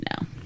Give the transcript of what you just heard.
No